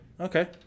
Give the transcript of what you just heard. Okay